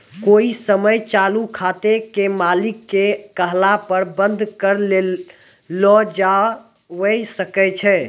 कोइ समय चालू खाते के मालिक के कहला पर बन्द कर लो जावै सकै छै